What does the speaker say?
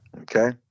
Okay